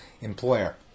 employer